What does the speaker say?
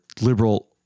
liberal